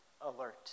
alert